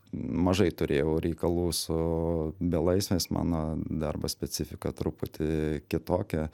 mažai turėjau reikalų su belaisviais mano darbo specifika truputį kitokia